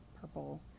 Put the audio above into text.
purple